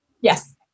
Yes